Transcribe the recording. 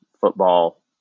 football